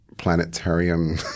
planetarium